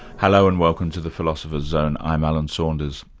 hello, and welcome to the philosopher's zone. i'm alan saunders.